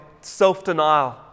self-denial